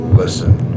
listen